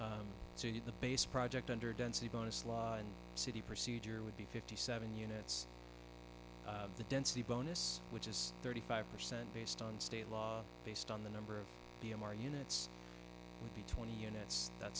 unit the base project under density bonus law city procedure would be fifty seven units the density bonus which is thirty five percent based on state law based on the number of the m r units the twenty units that